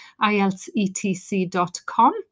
ilsetc.com